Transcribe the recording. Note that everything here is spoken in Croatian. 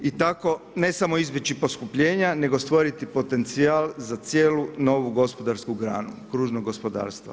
I tako ne samo izbjeći poskupljenja nego stvoriti potencijal za cijelu novu gospodarsku granu kružnog gospodarstva.